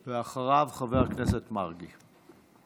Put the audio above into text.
אחריו, חבר הכנסת מרגי.